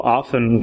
often